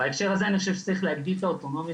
בהקשר הזה אני חושב שצריך להגדיל את האוטונומיה